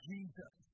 Jesus